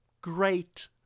great